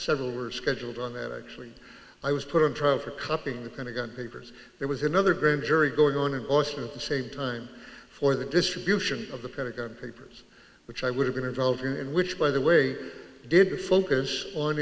several were scheduled on that actually i was put on trial for copying the pentagon papers there was another grand jury going on in austin at the same time for the distribution of the pentagon papers which i would have been involved in which by the way did focus on